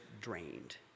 drained